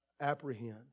Apprehend